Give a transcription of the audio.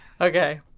Okay